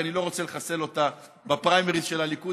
כי אני לא רוצה לחסל אותה בפריימריז של הליכוד.